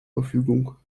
verfügung